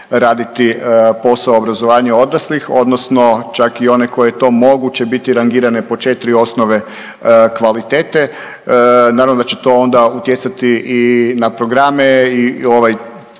raditi posao obrazovanja odraslih odnosno čak i one koje to mogu će bit rangirane po 4 osnove kvalitete. Naravno da će to onda utjecati i na programe i ovaj